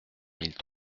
mille